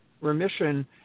remission